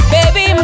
Baby